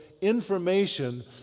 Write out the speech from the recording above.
information